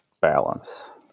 balance